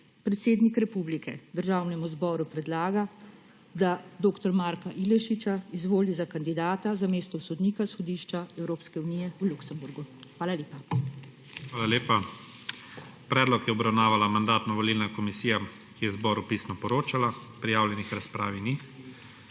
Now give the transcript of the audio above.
predsednik Republike Državnemu zboru predlaga, da se dr. Marka Ilešiča izvoli za kandidata za mesto sodnika Sodišča Evropske unije v Luksemburgu. Hvala lepa. **PREDSEDNIK IGOR ZORČIČ:** Hvala lepa. Predlog je obravnavala Mandatno-volilna komisija, ki je zboru pisno poročala. Prijavljenih k razpravi ni.